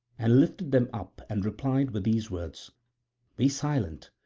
and lifted them up and replied with these words be silent,